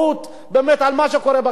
למה שקורה בחברה הישראלית.